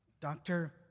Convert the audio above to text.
doctor